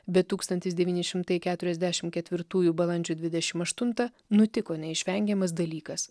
bet tūkstantis devyni šimtai keturiasdešim ketvirtųjų balandžio dvidešim aštuntą nutiko neišvengiamas dalykas